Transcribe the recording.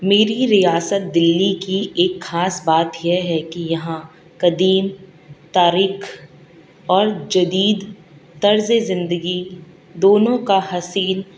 میری ریاست دلی کی ایک خاص بات یہ ہے کہ یہاں قدیم تاریخ اور جدید طرزِ زندگی دونوں کا حسین